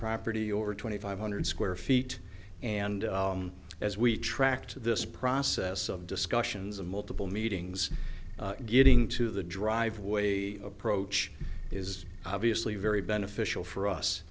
property over twenty five hundred square feet and as we tracked this process of discussions of multiple meetings getting to the driveway the approach is obviously very beneficial for us